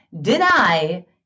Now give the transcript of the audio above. deny